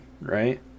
Right